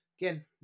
Again